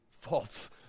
false